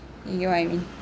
you get what I mean